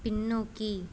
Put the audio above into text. பின்னோக்கி